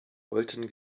wollten